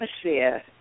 atmosphere